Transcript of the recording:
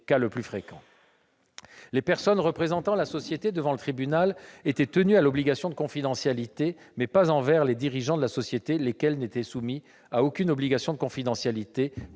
à la procédure. Les personnes représentant la société devant le tribunal étaient tenues à l'obligation de confidentialité, mais non envers les dirigeants de la société, lesquels n'étaient soumis à aucune obligation de cette